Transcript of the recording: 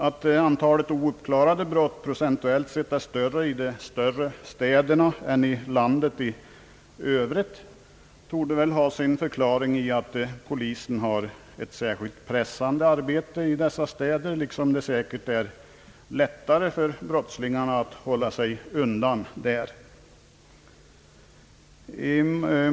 Att antalet ouppklarade brott procentuellt sett är högre i de större städerna än i landet i övrigt torde väl ha sin förklaring i att polisen har ett särskilt pressande arbete i dessa städer, liksom det säkert är lättare för brottslingarna att hålla sig undan där.